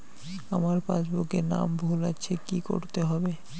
আমার পাসবুকে নাম ভুল আছে কি করতে হবে?